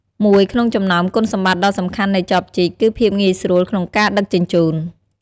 មួយក្នុងចំណោមគុណសម្បត្តិដ៏សំខាន់នៃចបជីក គឺភាពងាយស្រួលក្នុងការដឹកជញ្ជូន។